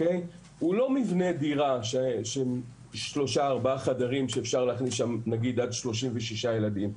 הוא לא מבנה דירה של שלושה-ארבעה חדרים שאפשר להכניס שם עד 36 ילדים,